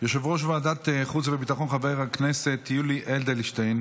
יושב-ראש ועדת החוץ והביטחון חבר הכנסת יולי אדלשטיין